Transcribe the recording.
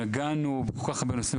נגענו בכל כך הרבה נושאים,